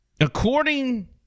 according